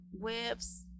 whips